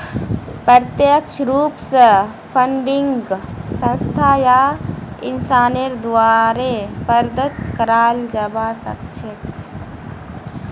प्रत्यक्ष रूप स फंडिंगक संस्था या इंसानेर द्वारे प्रदत्त कराल जबा सख छेक